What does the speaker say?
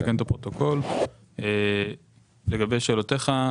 לגבי שאלותיך.